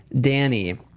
Danny